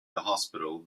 hospital